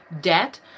debt